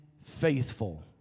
faithful